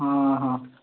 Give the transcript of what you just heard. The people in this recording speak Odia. ହଁ ହଁ